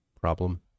problem